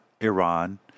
Iran